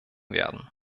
werden